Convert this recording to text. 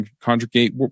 conjugate